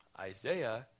Isaiah